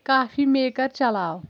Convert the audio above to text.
کافی maker چلاو